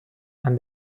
and